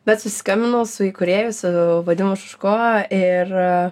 bet susiskambinau su įkūrėju su vadimu šuško ir